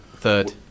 third